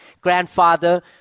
grandfather